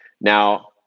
Now